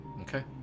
Okay